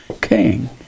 king